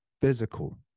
physical